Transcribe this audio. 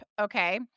Okay